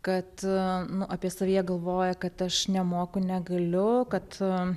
kad nu apie savyje galvoja kad aš nemoku negaliu kad